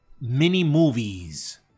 mini-movies